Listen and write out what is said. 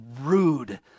rude